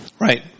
Right